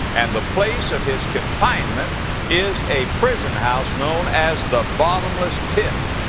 and the place of his confinement is a prison house known as, the bottomless pit.